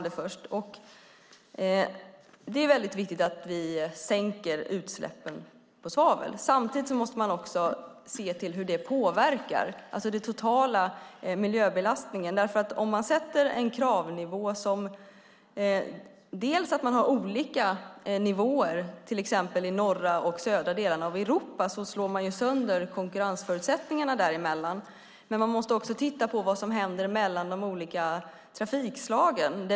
Det är viktigt att vi sänker svavelutsläppen. Man måste samtidigt se till den totala miljöbelastningen. Om man har olika nivåer i norra och södra delarna av Europa slår man ju sönder förutsättningarna för konkurrens. Man måste också titta på vad som händer med de olika trafikslagen.